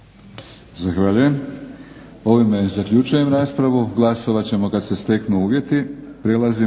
Zahvaljujem. Ovime zaključujem raspravu. Glasovat ćemo kada se steknu uvjeti.